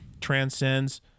Transcends